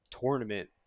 tournament